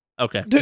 Okay